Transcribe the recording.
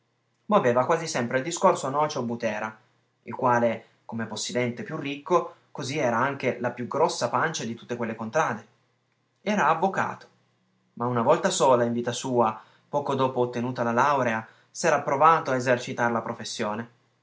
minerarie moveva quasi sempre il discorso nocio butera il quale com'era il possidente più ricco così era anche la più grossa pancia di tutte quelle contrade era avvocato ma una volta sola in vita sua poco dopo ottenuta la laurea s'era provato a esercitar la professione